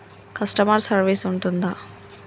Customer service ఉంటుందా?